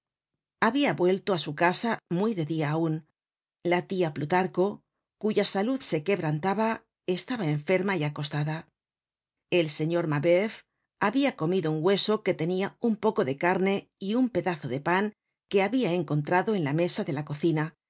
habia vuelto á su casa muy de dia aun la tia plutarco cuya salud se quebrantaba estaba enferma y acostada el señor mabeuf habia comido un hueso que tenia un poco de carne y un pedazo de pan que habia encontrado en la mesa de la cocina